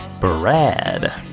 Brad